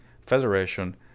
Federation